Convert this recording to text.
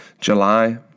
July